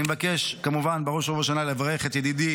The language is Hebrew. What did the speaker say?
אני מבקש כמובן בראש ובראשונה לברך את ידידי